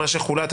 מה שחולט.